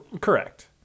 Correct